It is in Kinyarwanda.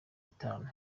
nitanu